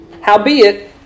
Howbeit